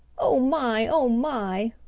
oh, my! oh, my!